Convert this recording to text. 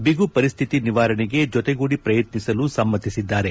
ಬಿಗುಪರಿಸ್ಥಿತಿ ನಿವಾರಣೆಗೆ ಜೊತೆಗೂಡಿ ಪ್ರಯತ್ನಿಸಲು ಸಮೃತಿಸಿದ್ದಾರೆ